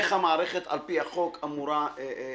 איך המערכת על פי החוק אמורה להגיב.